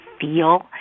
feel